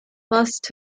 must